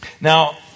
Now